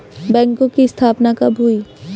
बैंकों की स्थापना कब हुई?